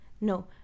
No